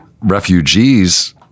refugees